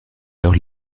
leurs